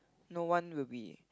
no one will be